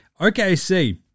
OKC